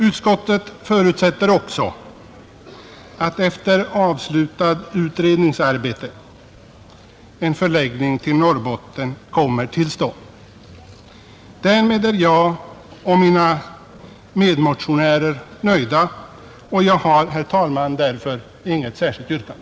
Utskottet förutsätter också att efter avslutat utredningsarbete en förläggning till Norrbotten kommer till stånd. Därmed är jag och mina medmotionärer nöjda, och jag har, herr talman, inget särskilt yrkande.